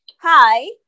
Hi